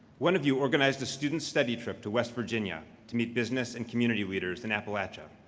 one of you organized a student study trip to west virginia to meet business and community leaders in appalachia.